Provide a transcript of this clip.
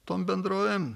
tom bendrovėm